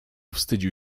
wstydził